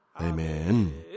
Amen